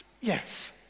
Yes